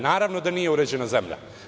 Naravno da nije uređena zemlja.